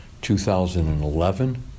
2011